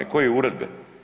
Koje uredbe?